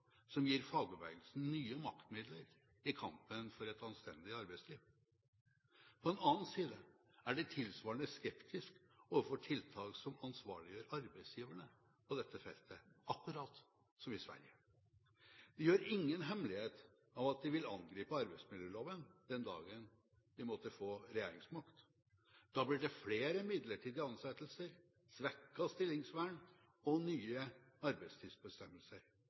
som gir fagbevegelsen nye maktmidler i kampen for et anstendig arbeidsliv. På den annen side er de tilsvarende skeptiske overfor tiltak som ansvarliggjør arbeidsgiverne på dette feltet, akkurat som i Sverige. De gjør ingen hemmelighet av at de vil angripe arbeidsmiljøloven den dagen de måtte få regjeringsmakt. Da blir det flere midlertidige ansettelser, svekket stillingsvern og nye arbeidstidsbestemmelser.